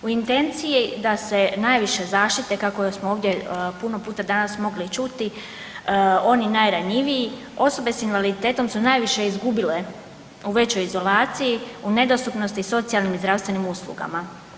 U intenciji da s najviše zaštite, kako smo ovdje puno puta danas mogli čuti, oni najranjiviji, osobe s invaliditetom su najviše izgubile u većoj izolaciji, u nedostupnosti socijalnim i zdravstvenim ustanovama.